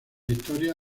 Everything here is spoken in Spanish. historia